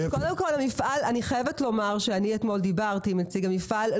אני חייבת לומר שאני אתמול דיברתי עם נציג המפעל,